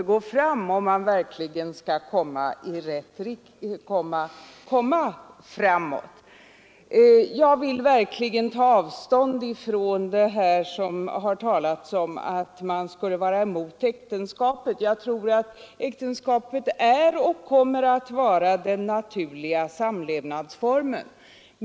Om man verkligen skall komma framåt måste man få bort alla slag av diskriminering. Jag tror att äktenskapet är och kommer att vara den naturliga samlevnadsformen.